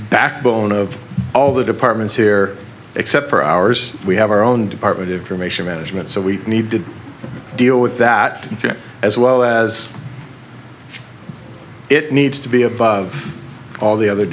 backbone of all the departments here except for ours we have our own department information management so we need to deal with that as well as it needs to be above all the other